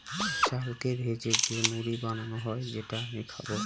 চালকে ভেজে যে মুড়ি বানানো হয় যেটা আমি খাবো